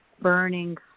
burning